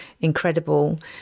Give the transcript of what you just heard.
incredible